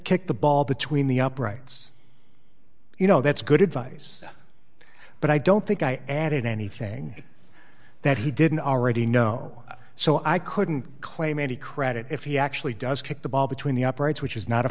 kick the ball between the uprights you know that's good advice but i don't think i added anything that he didn't already know so i couldn't claim any credit if he actually does kick the ball between the uprights which is not a